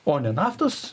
o naftos